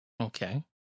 Okay